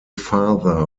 father